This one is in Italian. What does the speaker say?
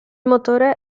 motore